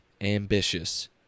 ambitious